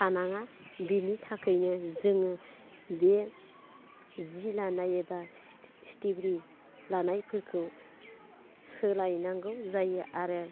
थानाङा बिनि थाखायनो जोङो बे जि लानाय एबा स्टेफ्रि लानायफोरखौ सोलायनांगौ जायो आरो